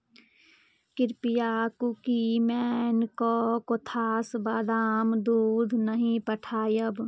कृपया कुकीमैनके कोथास बादाम दूध नहि पठायब